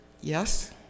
Yes